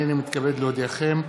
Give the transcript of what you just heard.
הנני מתכבד להודיעכם,